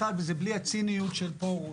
אחד, זה בלי הציניות של פרוש,